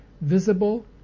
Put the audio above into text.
visible